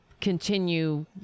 continue